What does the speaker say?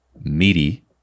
meaty